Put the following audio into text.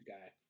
guy